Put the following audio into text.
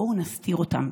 בואו נסתיר אותם,